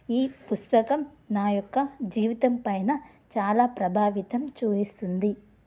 ఈ పుస్తకం నా యొక్క జీవితం పైన చాలా ప్రభావితం చూపిస్తుంది